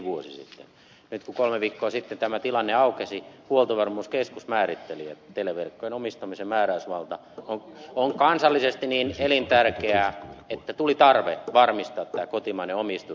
nyt kun kolme viikkoa sitten tämä tilanne aukesi huoltovarmuuskeskus määritteli että televerkkojen omistamisen määräysvalta on kansallisesti niin elintärkeä että tuli tarve varmistaa tämä kotimainen omistus